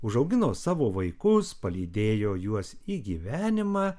užaugino savo vaikus palydėjo juos į gyvenimą